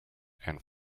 and